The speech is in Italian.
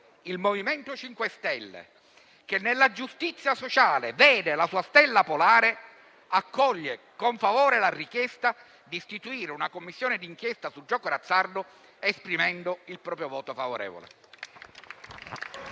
il MoVimento 5 Stelle, che nella giustizia sociale ha la sua stella polare, accoglie con favore la richiesta di istituire una Commissione d'inchiesta sul gioco d'azzardo, esprimendo il proprio voto favorevole